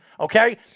okay